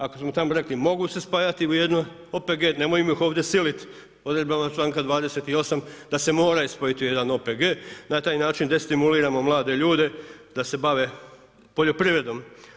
Ako smo tako rekli mogu se spajati u jedan OPG, nemojmo ih ovdje siliti odredbama članka 28. da se moraju spojiti u jedan OPG, na taj način destimuliramo mlade ljude da se bave poljoprivredom.